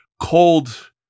cold